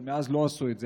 אבל מאז לא עשו את זה,